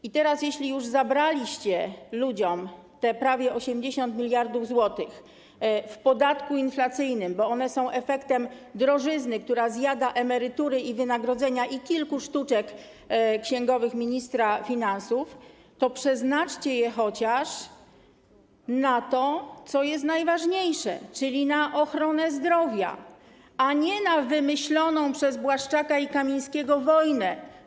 I teraz, jeśli już zabraliście ludziom te prawie 80 mld zł w podatku inflacyjnym, bo one są efektem drożyzny, która zjada emerytury i wynagrodzenia, i kilku sztuczek księgowych ministra finansów, to przeznaczcie je chociaż na to, co jest najważniejsze, czyli na ochronę zdrowia, a nie na wymyśloną przez Błaszczaka i Kamińskiego wojnę.